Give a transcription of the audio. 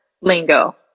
lingo